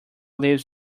lives